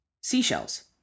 Seashells